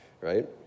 right